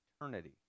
eternity